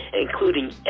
including